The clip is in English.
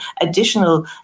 additional